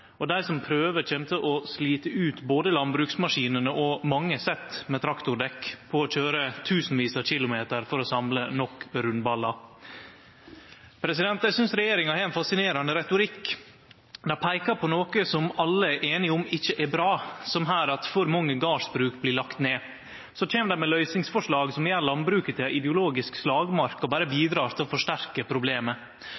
og dei som prøver, kjem til å slite ut både landbruksmaskinane og mange sett med traktordekk på å køyre tusenvis av kilometer for å samle nok rundballar. Eg synest regjeringa har ein fascinerande retorikk. Dei peiker på noko som alle er einige om ikkje er bra, som her, at for mange gardsbruk blir lagt ned. Så kjem dei med løysingsforslag som gjer landbruket til ei ideologisk slagmark og berre